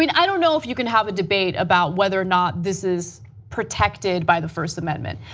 i mean i don't know if you can have a debate about whether or not this is protected by the first amendment.